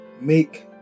make